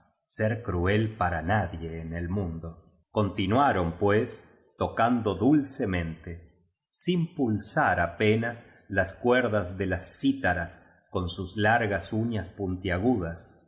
ser cruel para nadie en el mundo continua ron pues tocando dulcemente sin pulsar apenas las cuerdas de las cítaras con sus largas uñas puntiagudas y